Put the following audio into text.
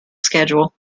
schedule